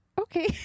okay